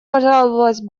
пожаловалась